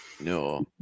No